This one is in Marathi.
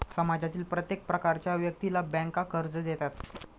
समाजातील प्रत्येक प्रकारच्या व्यक्तीला बँका कर्ज देतात